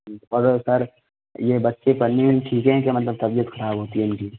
पर सर ये बच्चे पढ़ने में ठीक है के मतलब तबीयत खराब होती है इनकी